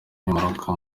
nkemurampaka